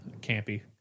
Campy